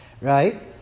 Right